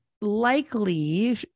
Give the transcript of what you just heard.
likely